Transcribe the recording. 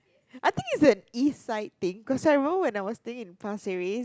I think it's an East side thing cause I remember when I was staying in Pasir-Ris